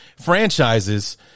franchises